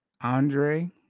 Andre